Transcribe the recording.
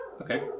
Okay